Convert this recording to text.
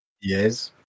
Yes